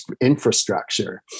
infrastructure